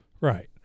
Right